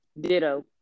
ditto